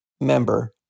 member